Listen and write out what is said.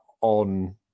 on